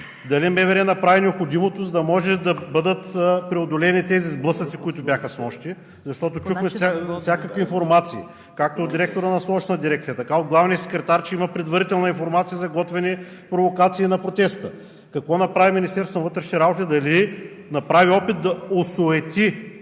Дали МВР направи необходимото, за да може да бъдат преодолени тези сблъсъци снощи? Защото чухме всякакви информации както от директора на Столичната дирекция, така и от главния секретар, че има предварителна информация за готвени провокации на протеста. Какво направи Министерството на вътрешните работи? Дали направи опит да ги осуети,